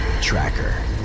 Tracker